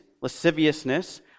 lasciviousness